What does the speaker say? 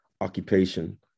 occupation